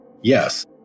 Yes